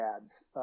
ads